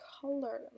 color